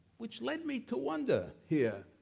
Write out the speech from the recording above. which led me to wonder, here,